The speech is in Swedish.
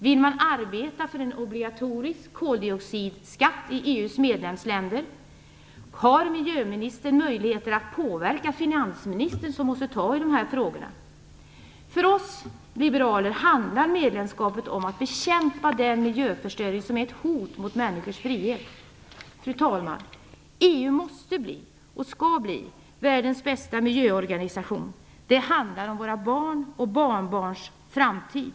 Vill man arbeta för en obligatorisk koldioxidskatt i EU:s medlemsländer? Har miljöministern möjligheter att påverka finansministern, som måste ta sig an de här frågorna? För oss liberaler handlar medlemskapet om att bekämpa den miljöförstöring som är ett hot mot människors frihet. Fru talman! EU måste och skall bli världens bästa miljöorganisation. Det handlar om våra barns och barnbarns framtid.